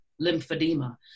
lymphedema